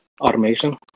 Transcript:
automation